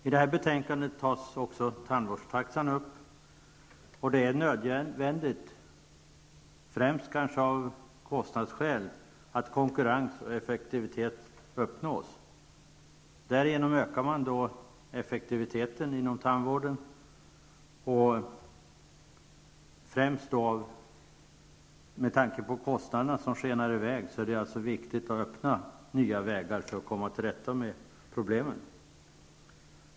I betänkandet tas också tandvårdstaxan upp. Det är nödvändigt, kanske främst av kostnadsskäl, att konkurrens och effektivitet uppnås. Genom konkurrens ökar man effektiviteten inom tandvården. Främst med tanke på att kostnaderna skenar i väg är det viktigt att öppna nya vägar för att komma till rätta med problemen.